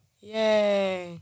yay